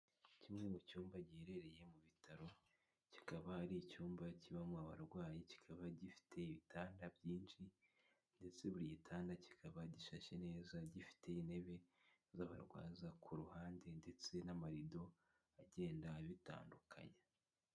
Kimwe mu cyumba giherereye mu bitaro kikaba ari icyumba kibamo abarwayi kikaba gifite ibitanda byinshi ndetse buri gitanda kikaba gishashe neza gifite intebe z'abarwaza ku ruhande ndetse n'amarido agenda abitandukanya.